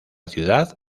ciudad